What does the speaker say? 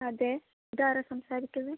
അതെ ഇതാര സംസാരിക്കുന്നത്